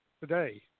today